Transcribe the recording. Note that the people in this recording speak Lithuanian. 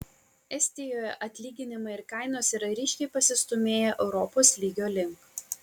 estijoje atlyginimai ir kainos yra ryškiai pasistūmėję europos lygio link